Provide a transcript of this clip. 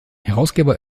herausgeber